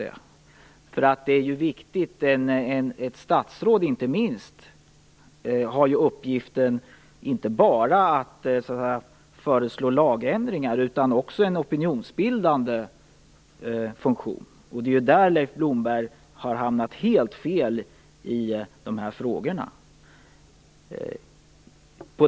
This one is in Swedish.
Inte minst ett statsråd har inte bara till uppgift att föreslå lagändringar, utan han har också en opinionsbildande funktion. Leif Blomberg har hamnat helt fel när det gäller de här frågorna.